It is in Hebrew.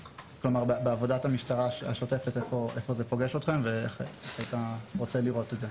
המשטרה בעבודה השוטפת ואיך הוא היה רוצה לראות את זה.